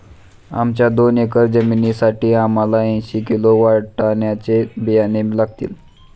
आमच्या दोन एकर जमिनीसाठी आम्हाला ऐंशी किलो वाटाण्याचे बियाणे लागतील